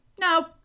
No